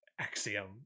axiom